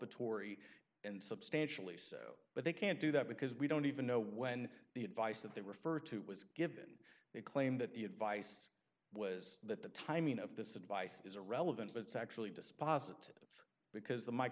exculpatory and substantially so but they can't do that because we don't even know when the advice that they refer to was given they claim that the advice was that the timing of this advice is irrelevant but it's actually dispositive because